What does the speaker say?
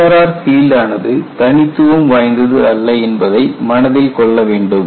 HRR பீல்டானது தனித்துவம் வாய்ந்தது அல்ல என்பதை மனதில் கொள்ள வேண்டும்